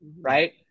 right